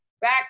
back